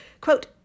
Quote